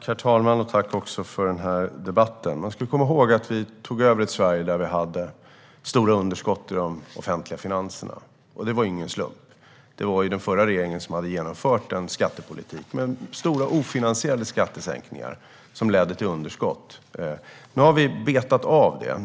Herr talman! Tack, Sofia Fölster, för den här debatten! Man ska komma ihåg att vi tog över ett Sverige där vi hade stora underskott i de offentliga finanserna. Det var ingen slump; det var den förra regeringen som hade genomfört en skattepolitik med stora ofinansierade skattesänkningar som ledde till underskott. Nu har vi betat av det.